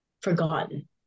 forgotten